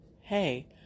Hey